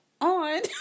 on